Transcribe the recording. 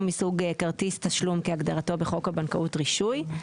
מסוג כרטיס תשלום כהגדרתו בחוק הבנקאות (רישוי).